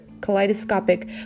kaleidoscopic